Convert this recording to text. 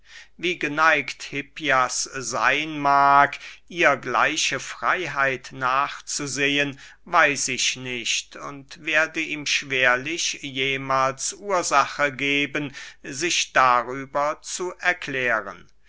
wie geneigt hippias seyn mag ihr gleiche freyheit nachzusehen weiß ich nicht und werde ihm schwerlich jemahls ursache geben sich darüber zu erklären